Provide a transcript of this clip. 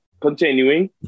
Continuing